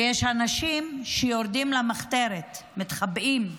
ויש אנשים שיורדים למחתרת, מתחבאים.